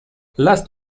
last